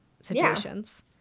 situations